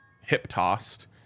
hip-tossed